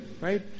right